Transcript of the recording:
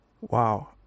Wow